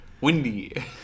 Windy